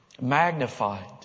magnified